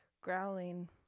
growling